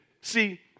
See